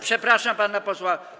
Przepraszam pana posła.